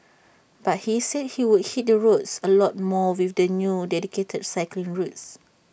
but he said he would hit the roads A lot more with the new dedicated cycling routes